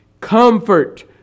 Comfort